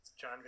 John